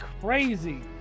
crazy